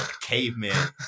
caveman